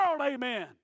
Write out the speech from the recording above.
Amen